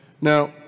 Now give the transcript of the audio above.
now